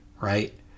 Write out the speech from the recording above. right